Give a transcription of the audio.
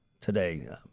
today